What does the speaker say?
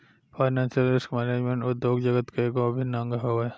financial risk management उद्योग जगत के एगो अभिन्न अंग हवे